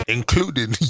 Including